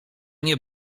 nie